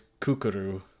Kukuru